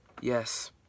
yes